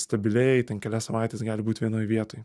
stabiliai ten kelias savaites gali būt vienoj vietoj